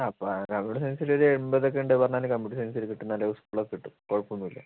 അപ്പൊൾ കമ്പ്യൂട്ടർ സയൻസിലൊരു എൻപതൊക്കേണ്ട് പറഞ്ഞാല് കമ്പ്യൂട്ടർ സയൻസില് കിട്ടും നല്ല സ്കൂളൊക്കെ കിട്ടും കുഴപ്പമൊന്നുമില്ല